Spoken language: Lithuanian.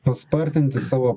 paspartinti savo